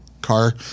car